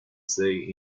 say